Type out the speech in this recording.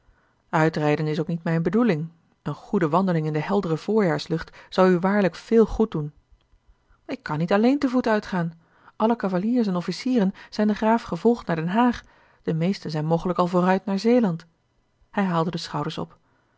uitrijden is ook niet mijne bedoeling eene goede wandeling in de heldere voorjaarslucht zou u waarlijk veel goed doen ik kan niet alleen te voet uitgaan alle cavaliers en officieren zijn den graaf gevolgd naar den haag de meesten zijn mogelijk al vooruit naar zeeland hij haalde de schouders op